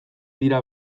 dira